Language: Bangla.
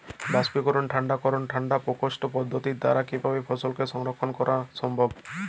বাষ্পীকরন ঠান্ডা করণ ঠান্ডা প্রকোষ্ঠ পদ্ধতির দ্বারা কিভাবে ফসলকে সংরক্ষণ করা সম্ভব?